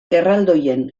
erraldoien